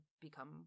become